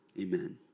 Amen